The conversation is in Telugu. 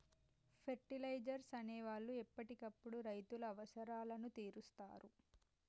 ఫెర్టిలైజర్స్ అనే వాళ్ళు ఎప్పటికప్పుడు రైతుల అవసరాలను తీరుస్తారు